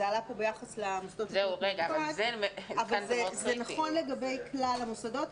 זה עלה פה ביחס למוסדות החינוך המיוחד אבל זה נכון לגבי כלל המוסדות.